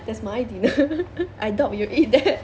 that's my dinner I doubt you'll eat that